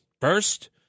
first